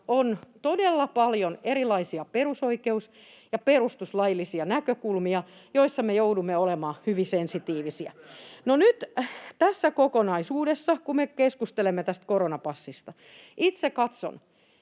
on todella paljon erilaisia perusoikeus- ja perustuslaillisia näkökulmia, joissa me joudumme olemaan hyvin sensitiivisiä. [Ben Zyskowicz: Missäpä ei nykyään olisi!] No, nyt tässä kokonaisuudessa, kun me keskustelemme tästä koronapassista, katson